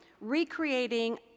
recreating